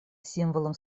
символом